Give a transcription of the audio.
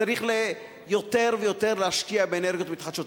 צריך יותר ויותר להשקיע באנרגיות מתחדשות.